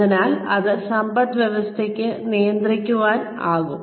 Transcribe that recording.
അതിനാൽ അത് സമ്പദ്വ്യവസ്ഥയ്ക്ക് നിയന്ത്രിക്കാനാകും